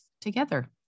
together